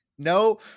no